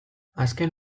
azken